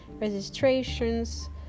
registrations